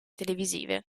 televisive